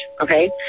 okay